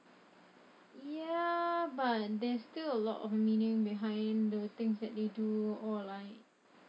ya but there's still a lot of meaning behind the things that they do or like